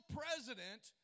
president